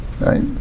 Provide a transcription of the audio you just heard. right